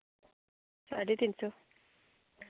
साढे तिन्न सौ